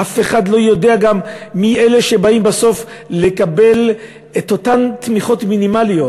אף אחד לא יודע גם מי אלה שבאים בסוף לקבל את אותן תמיכות מינימליות,